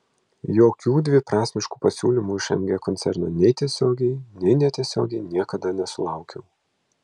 jokių dviprasmiškų pasiūlymų iš mg koncerno nei tiesiogiai nei netiesiogiai niekada nesulaukiau